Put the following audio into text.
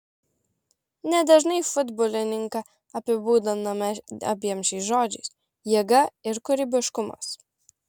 nedažnai futbolininką apibūdiname abiem šiais žodžiais jėga ir kūrybiškumas